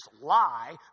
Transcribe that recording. lie